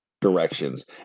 directions